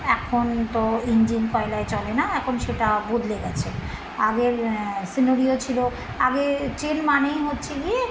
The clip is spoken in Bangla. এখন তো ইঞ্জিন কয়লায় চলে না এখন সেটা বদলে গিয়েছে আগের সিনারিও ছিল আগে ট্রেন মানেই হচ্ছে গিয়ে